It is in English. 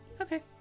Okay